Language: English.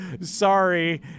sorry